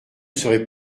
serait